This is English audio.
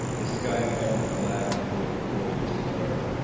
the sky above was black and full of cold stars.